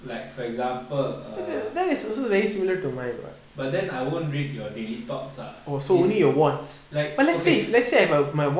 like for example err but then I won't read your daily thoughts ah like okay